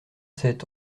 sept